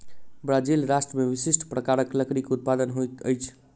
Brazil राष्ट्र में विशिष्ठ प्रकारक लकड़ी के उत्पादन होइत अछि